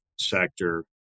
sector